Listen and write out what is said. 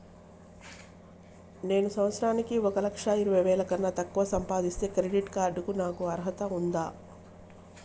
నేను సంవత్సరానికి ఒక లక్ష ఇరవై వేల కన్నా తక్కువ సంపాదిస్తే క్రెడిట్ కార్డ్ కు నాకు అర్హత ఉందా?